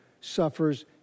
suffers